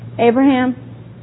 Abraham